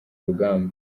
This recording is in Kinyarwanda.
rugamba